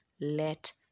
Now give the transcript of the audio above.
let